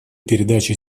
передача